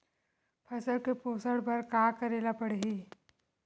फसल के पोषण बर का करेला पढ़ही?